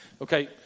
Okay